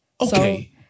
Okay